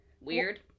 Weird